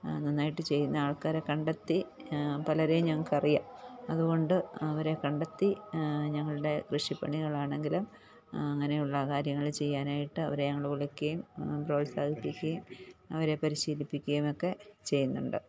നന്നായിട്ട് ചെയ്യുന്ന ആൾക്കാരെ കണ്ടെത്തി പലരെയും ഞങ്ങൾക്കറിയാം അതുകൊണ്ട് അവരെ കണ്ടെത്തി ഞങ്ങളുടെ കൃഷിപ്പണികളാണെങ്കിലും അങ്ങനെയുള്ള കാര്യങ്ങൾ ചെയ്യാനായിട്ട് അവരെ ഞങ്ങൾ വിളിക്കുകയും പ്രോത്സാഹിപ്പിക്കുകയും അവരെ പരിശീലിപ്പിക്കുകയും ഒക്കെ ചെയ്യുന്നുണ്ട്